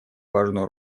важную